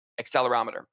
accelerometer